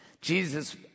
Jesus